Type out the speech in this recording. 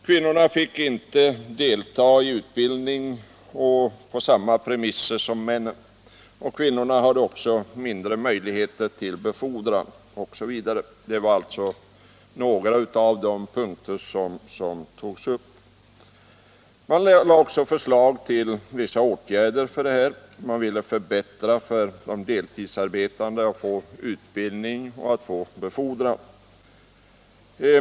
Kvinnorna fick inte delta i utbildning på samma premisser som männen, de hade mindre möjligheter till befordran osv. I delegationens betänkande föreslogs vissa åtgärder för att förbättra möjligheterna för deltidsarbetande att få utbildning och befordran.